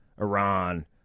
Iran